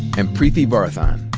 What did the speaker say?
and preeti varathan.